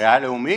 הספרייה הלאומית.